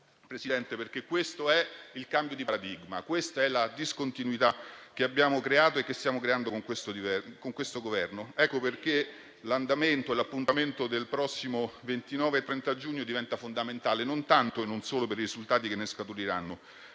Presidente, questo è il cambio di paradigma e questa è la discontinuità che abbiamo creato e che stiamo creando con questo Governo. Ecco perché l'appuntamento del prossimo 29 e 30 giugno diventa fondamentale, non tanto e non solo per i risultati che ne scaturiranno,